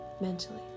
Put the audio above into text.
mentally